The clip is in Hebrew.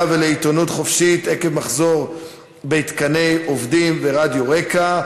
ולעיתונות חופשית עקב מחסור בתקני עובדים ברדיו רק"ע,